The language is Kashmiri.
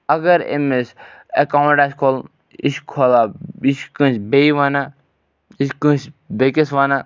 اگر أمِس ایٚکاوُنٛٹ آسہِ کھولُن یہِ چھُ کھولان یہِ چھُ کٲنٛسہِ بیٚیہِ وَنان یہِ چھِ کٲنٛسہِ بیٚیِس وَنان